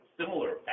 similar